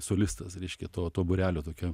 solistas reiškia to to būrelio tokio